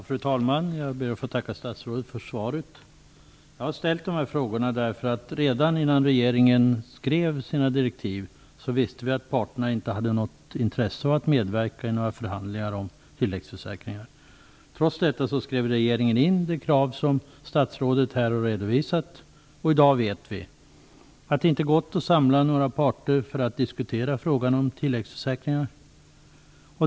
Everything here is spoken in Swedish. Fru talman! Jag ber att få tacka statsrådet för svaret. Jag har ställt de här frågorna därför att redan innan regeringen skrev sina direktiv visste vi att parterna inte hade något intresse av att medverka i några förhandlingar om tilläggsförsäkringar. Trots detta skrev regeringen in det krav som statsrådet här har redovisat, och i dag vet vi att det inte gått att samla några parter för att diskutera frågan om tilläggsförsäkringarna.